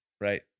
Right